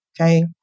okay